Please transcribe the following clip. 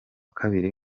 kabiri